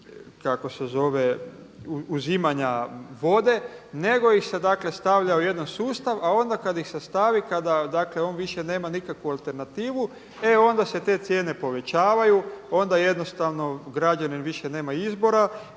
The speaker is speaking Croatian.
kako se zove uzimanja vode, nego ih se stavlja u jedan sustav, a onda kada ih se stavi kada on više nema nikakvu alternativu, e onda se te cijene povećavaju onda jednostavno građanin više nema izbora